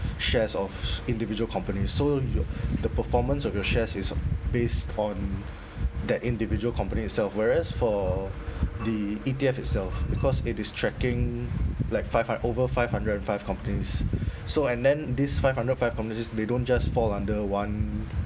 shares of individual companies so your the performance of your shares is based on that individual company itself whereas for the E_T_F itself because it is tracking like five hu~ over five hundred and five companies so and then this five hundred five companies they don't just fall under one